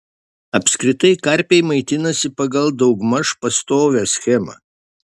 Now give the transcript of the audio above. apskritai karpiai maitinasi pagal daugmaž pastovią schemą